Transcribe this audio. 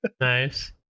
Nice